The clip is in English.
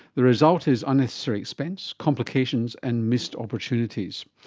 the result is unnecessary expense, complications and missed opportunities.